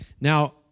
Now